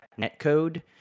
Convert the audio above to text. Netcode